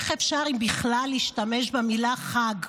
איך אפשר בכלל להשתמש בכלל במילה "חג"?